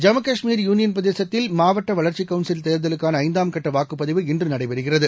Jammu Kashmir union பிரதேசத்தில் மாவட்ட வளர்ச்சி கவுன்சில் தேர்தலுக்கான ஐந்தாம் கட்ட வாக்குப்பதிவு இன்று நடைபெறுகிறது